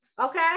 Okay